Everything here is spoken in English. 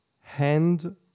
Hand